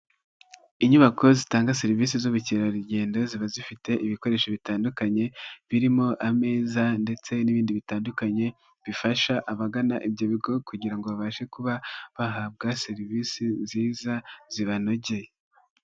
Inyubako zitanga serivisi z'ubukerarugendo, ziba zifite ibikoresho bitandukanye, birimo ameza ndetse n'ibindi bitandukanye, bifasha abagana ibyo bigo kugira ngo babashe kuba bahabwa serivisi nziza, zibanogeye.